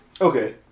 Okay